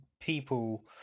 People